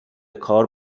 کار